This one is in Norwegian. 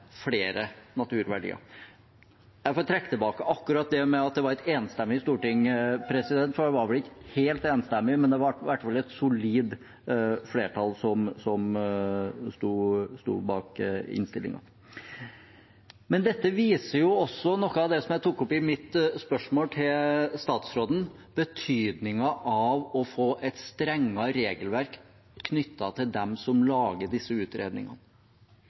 var et enstemmig storting, for det var vel ikke helt enstemmig, men det var i hvert fall et solid flertall som sto bak innstillingen. Dette viser også noe av det som jeg tok opp i mitt spørsmål til statsråden, betydningen av å få et strengere regelverk knyttet til dem som lager disse utredningene.